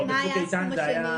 ומה היה הסכום השני?